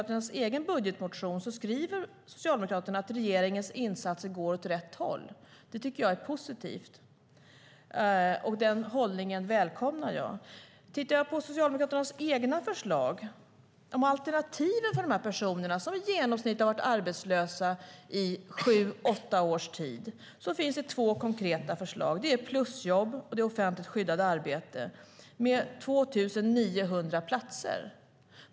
I sin egen budgetmotion skriver Socialdemokraterna att regeringens insatser går åt rätt håll. Det tycker jag är positivt, och jag välkomnar den hållningen. Bland Socialdemokraternas egna förslag till alternativ för dessa personer, som i genomsnitt har varit arbetslösa i sju åtta års tid, finns det två som är konkreta: plusjobb och offentligt skyddat arbete med 2 900 platser.